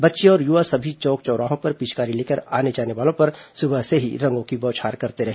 बच्चे और युवा सभी चौक चौराहों पर पिचकारी लेकर आने जाने वालों पर सुबह से ही रंगों की बौछार करते रहे